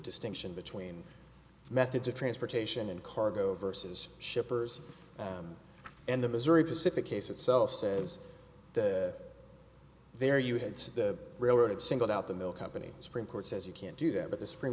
distinction between methods of transportation and cargo versus shippers and the missouri pacific case itself says there you had the railroad it singled out the mill company supreme court says you can't do that but the supreme